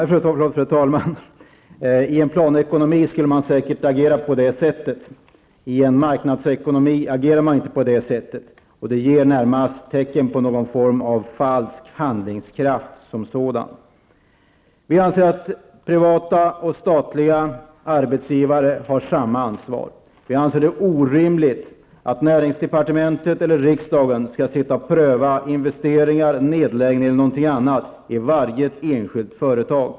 Fru talman! I en planekonomi skulle man säkert agera på det sättet. I en marknadsekonomi handlar man inte så. Det ger närmast ett falskt intryck av handlingskraft. Vi anser att privata och statliga arbetsgivare har samma ansvar. Vi anser det orimligt att näringsdepartementet eller riksdagen skall pröva investeringar, nedläggningar eller något annat i varje enskilt företag.